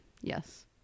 Yes